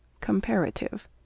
Comparative